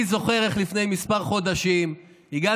אני זוכר איך לפני כמה חודשים הגעת